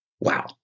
Wow